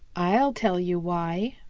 i'll tell you why,